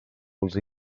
els